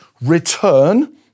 Return